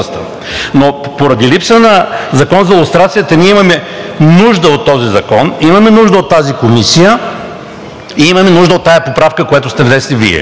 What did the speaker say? но поради липса на закон за лустрацията имаме нужда от този закон, имаме нужда от тази комисия и имаме нужда от тази поправка, която Вие сте